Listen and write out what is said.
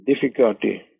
difficulty